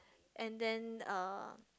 and then uh